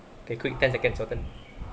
okay quick ten seconds your turn